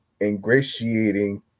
ingratiating